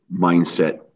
mindset